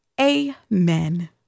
Amen